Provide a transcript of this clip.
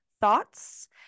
thoughts